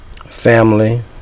Family